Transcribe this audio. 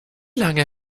lange